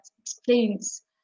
explains